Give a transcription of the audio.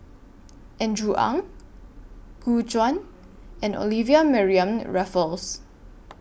Andrew Ang Gu Juan and Olivia Mariamne Raffles